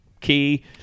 key